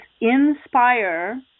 inspire